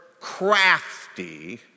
crafty